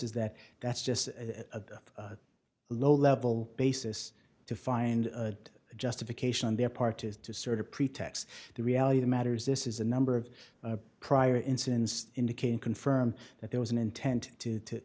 is that that's just a low level basis to find justification on their part is to sort of pretext the reality the matter is this is a number of prior incidents indicating confirm that there was an intent to to